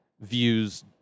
views